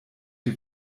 die